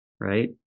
right